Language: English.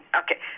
okay